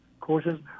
courses